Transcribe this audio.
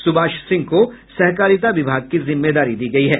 सुबाष सिंह को सहकारिता विभाग की जिम्मेदारी दी गयी है